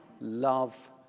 love